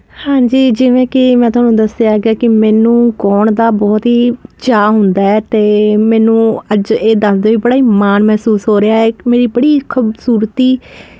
ਹਾਂਜੀ ਜਿਵੇਂ ਕਿ ਮੈਂ ਤੁਹਾਨੂੰ ਦੱਸਿਆ ਗਿਆ ਕਿ ਮੈਨੂੰ ਗਾਉਣ ਦਾ ਬਹੁਤ ਹੀ ਚਾਹ ਹੁੰਦਾ ਤੇ ਮੈਨੂੰ ਅੱਜ ਇਹ ਦੱਸਦਿਆਂ ਬੜਾ ਈ ਮਾਣ ਮਹਿਸੂਸ ਹੋ ਰਿਹਾ ਮੇਰੀ ਬੜੀ ਖੂਬਸੂਰਤੀ